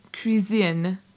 Cuisine